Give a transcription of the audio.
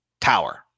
Tower